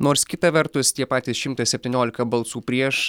nors kita vertus tie patys šimtas septyniolika balsų prieš